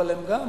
אבל הם גם.